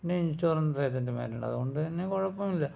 പിന്നെ ഇൻഷുറൻസ് ഏജൻറ്മാർ ഉണ്ട് അതുകൊണ്ടുതന്നെ കുഴപ്പമില്ല